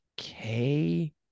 okay